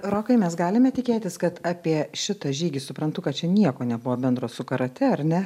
rokai mes galime tikėtis kad apie šitą žygį suprantu kad čia nieko nebuvo bendro su karatė ar ne